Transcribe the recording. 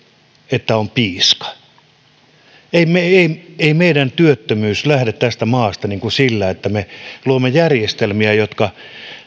että on piiska ei meidän työttömyys lähde tästä maasta sillä että me luomme järjestelmiä jotka